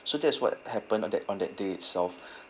so that's what happened on that on that day itself